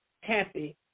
happy